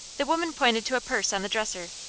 the woman pointed to a purse on the dresser.